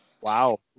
Wow